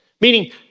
meaning